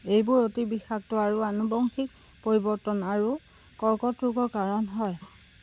এইবোৰ অতি বিষাক্ত আৰু আনুবংশিক পৰিৱৰ্তন আৰু কৰ্কট ৰোগৰ কাৰণ হয়